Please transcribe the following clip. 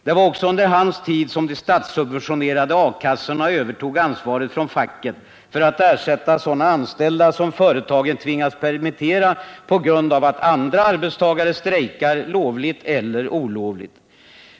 Det var också under hans tid som de statssubventionerade A-kassorna övertog ansvaret från facket för att ersätta sådana anställda som företagen tvingades permittera på grund av att andra arbetstagare strejkar lovligt eller olovligt.